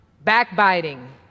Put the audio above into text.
backbiting